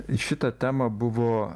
į šitą temą buvo